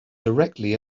directly